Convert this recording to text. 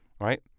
right